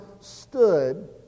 stood